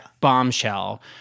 Bombshell